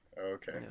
okay